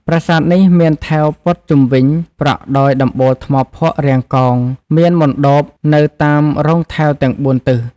ប្រាសាទនេះមានថែវព័ទ្ធជុំវិញ ប្រក់ដោយដំបូលថ្មភក់រាងកោង មានមណ្ឌបនៅតាមរោងថែវទាំង ៤ ទិស។